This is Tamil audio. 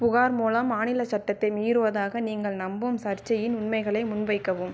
புகார் மூலம் மாநிலச் சட்டத்தை மீறுவதாக நீங்கள் நம்பும் சர்ச்சையின் உண்மைகளை முன்வைக்கவும்